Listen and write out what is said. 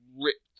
ripped